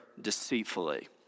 deceitfully